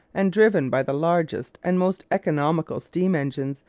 and driven by the largest and most economical steam-engines,